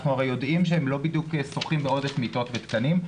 אנחנו הרי יודעים שהם לא בדיוק שוחים בעודף מיטות ותקנים.